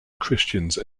christians